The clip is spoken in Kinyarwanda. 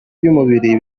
by’umubiri